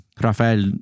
Rafael